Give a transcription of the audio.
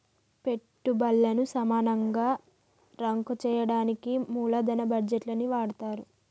పెట్టుబల్లను సమానంగా రాంక్ చెయ్యడానికి మూలదన బడ్జేట్లని వాడతరు